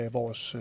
vores